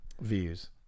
Views